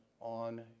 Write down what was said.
on